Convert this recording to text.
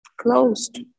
closed